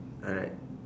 alright